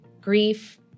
grief